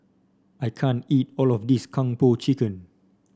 I can't eat all of this Kung Po Chicken